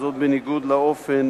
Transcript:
וזאת בניגוד לאופן